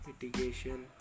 mitigation